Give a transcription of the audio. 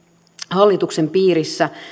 hallituksen piirissä